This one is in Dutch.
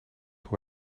hoe